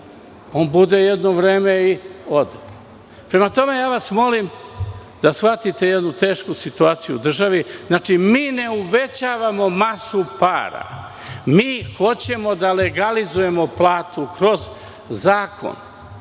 On bude jedno vreme i ode. Prema tome, ja vas molim da shvatite jednu tešku situaciju u državi. Znači, mi ne uvećavamo masu para. Mi hoćemo da legalizujemo platu kroz zakon.